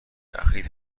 اخیر